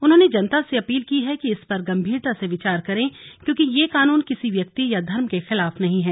उन्होंने जनता से अपील की है कि इस पर गंभीरता से विचार करें क्योंकि यह कानून किसी व्यक्ति या धर्म के खिलाफ नहीं है